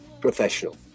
professional